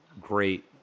great